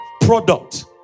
product